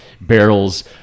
barrels